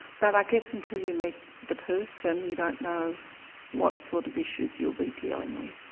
but i guess until you meet the person you don't know what sort of issues you'll be dealing with.